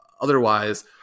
otherwise